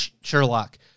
Sherlock